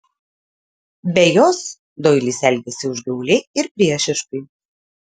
be jos doilis elgėsi užgauliai ir priešiškai